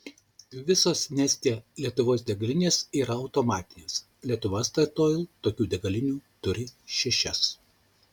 visos neste lietuvos degalinės yra automatinės lietuva statoil tokių degalinių turi šešias